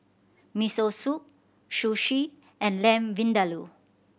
Miso Soup Sushi and Lamb Vindaloo